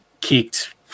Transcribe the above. kicked